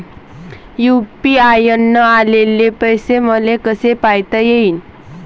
UPI न आलेले पैसे मले कसे पायता येईन?